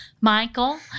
Michael